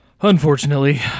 unfortunately